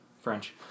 French